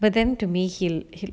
but then to me he'll he